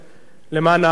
למען ההוגנות.